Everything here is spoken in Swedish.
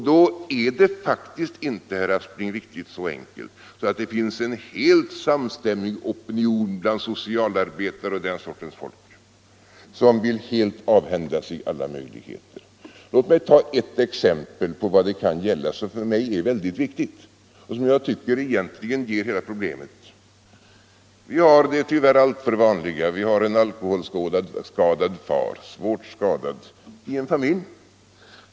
Då är det faktiskt inte, herr Aspling, riktigt så enkelt att det finns en helt samstämmig opinion bland socialarbetare och den sortens folk för att avhända sig alla möjligheter. Låt mig ta ett exempel på vad det kan gälla, ett exempel som för mig är väldigt viktigt och som jag tycker egentligen ger hela problemet. Allmänpolitisk debatt Allmänpolitisk debatt Vi har det tyvärr alltför vanliga fallet med en svårt alkoholskadad far i en familj.